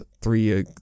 Three